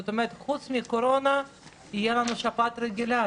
זאת אומרת חוץ מקורונה יהיה לנו שפעת רגילה,